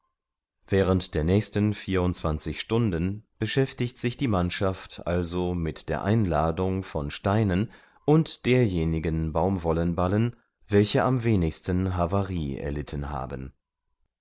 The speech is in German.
während der nächsten vierundzwanzig stunden beschäftigt sich die mannschaft also mit der einladung von steinen und derjenigen baumwollenballen welche am wenigsten havarie erlitten haben